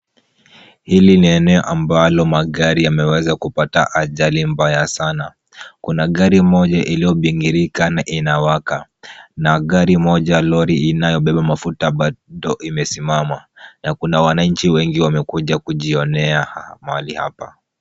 Hili ni eneo ambalo magari yameweza kupata ajali mbaya sana, kuna gari moja iliyobingirika na inawaka na gari moja lori inayobeba mafuta bado imesimama na kuna wananchi wengi wamekuja kujionea mahali hapa.